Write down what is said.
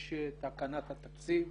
יש תקנת התקציב.